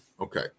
Okay